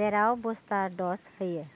जेराव booster dose होयो